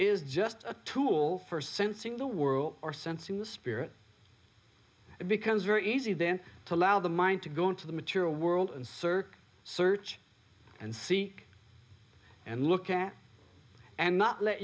is just a tool for sensing the world or sensing the spirit it becomes very easy then to allow the mind to go into the material world and search search and see and look at and not let